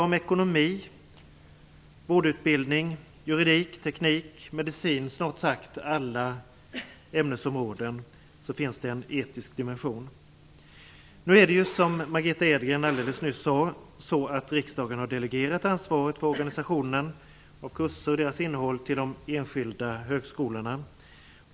I ekonomi, vårdutbildning, juridik, teknik, medicin och snart sagt alla ämnesområden finns det en etisk dimension. Nu är det ju, som Margitta Edgren nyss sade, så att riksdagen har delegerat ansvaret för organisationen av kurser och dess innehåll till de enskilda högskolorna.